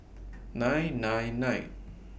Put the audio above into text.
nine nine nine